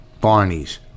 Barney's